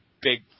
big